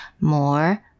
More